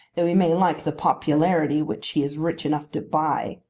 though he may like the popularity which he is rich enough to buy.